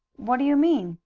what do you mean?